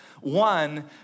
One